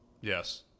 Yes